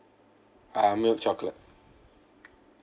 um milk chocolate